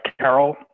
Carol